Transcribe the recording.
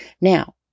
Now